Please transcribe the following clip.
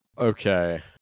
Okay